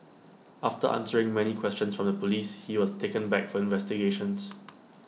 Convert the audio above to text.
after answering many questions from the Police he was taken back for investigations